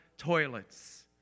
toilets